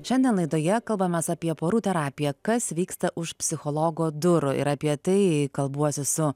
šiandien laidoje kalbamės apie porų terapiją kas vyksta už psichologo durų ir apie tai kalbuosi su